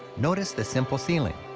notice the simple ceiling.